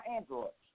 Android